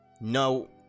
No